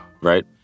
right